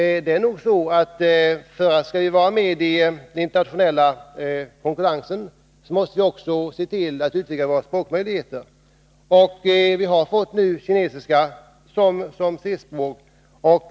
Naturligtvis är det så att vi för att kunna hävda oss i den internationella konkurrensen måste se till att utöka våra språkkunskaper. Vi har ju infört kinesiska som C-språk.